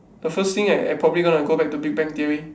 the first thing I I probably gonna go back to big bang theory